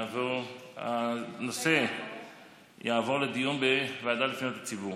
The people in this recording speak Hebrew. הנושא יעבור לדיון בוועדה לפניות הציבור.